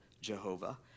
Jehovah